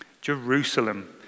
Jerusalem